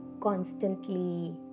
Constantly